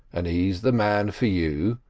and he's the man for you.